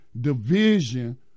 division